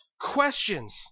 questions